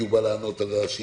כי הוא בא לענות על השאילתות,